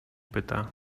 pyta